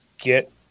get